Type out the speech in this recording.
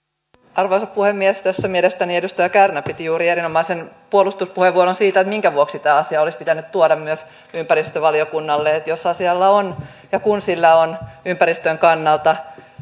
arvoisa puhemies tässä mielestäni edustaja kärnä piti juuri erinomaisen puolustuspuheenvuoron siitä minkä vuoksi tämä asia olisi pitänyt tuoda myös ympäristövaliokunnalle jos asialla on ja kun sillä on ympäristön kannalta